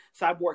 Cyborg